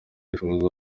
rihuza